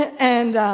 and